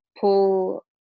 pull